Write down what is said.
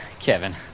Kevin